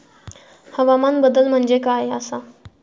हवामान बदल म्हणजे काय आसा?